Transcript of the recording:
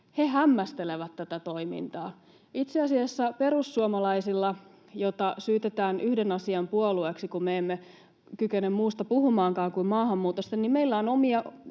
hämmästelevät tätä toimintaa. Itse asiassa perussuomalaisilla, jota syytetään yhden asian puolueeksi, kun me emme kykene muusta puhumaankaan kuin maahanmuutosta, on omina